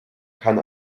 kann